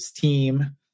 team